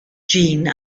gene